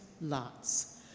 lots